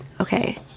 okay